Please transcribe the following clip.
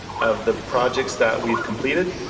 of the projects that we've completed.